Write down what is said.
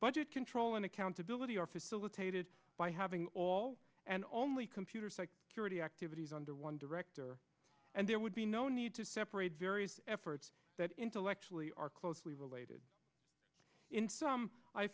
budget control and accountability are facilitated by having all and only computer security activities under one director and there would be no need to separate various efforts that intellectually are closely related in some i